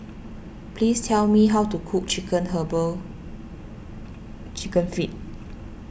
please tell me how to cook Chicken Herbal Chicken Feet